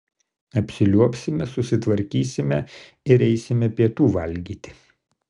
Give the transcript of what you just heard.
apsiliuobsime susitvarkysime ir eisime pietų valgyti